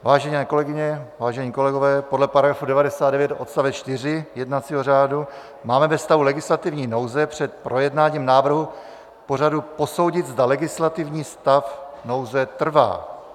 Vážené kolegyně, vážení kolegové, podle § 99 odst. 4 jednacího řádu máme ve stavu legislativní nouze, před projednáním návrhu pořadu posoudit, zda legislativní stav nouze trvá.